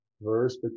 verse